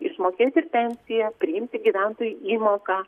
išmokėti pensiją priimti gyventojų įmoką